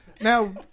Now